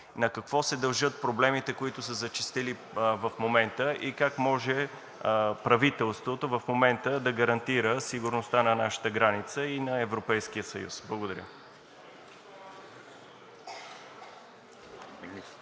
На какво се дължат проблемите, които са зачестили в момента, и как може правителството в момента да гарантира сигурността на нашата граница и на Европейския съюз? Благодаря.